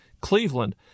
Cleveland